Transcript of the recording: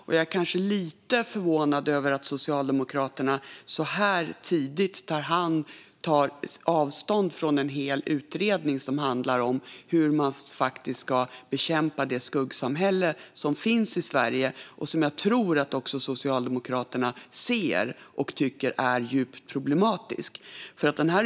Och jag är lite förvånad över att Socialdemokraterna så här tidigt tar avstånd från en hel utredning som handlar om hur man faktiskt ska bekämpa det skuggsamhälle som finns i Sverige och som jag tror att också Socialdemokraterna ser och tycker är djupt problematiskt.